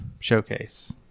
showcase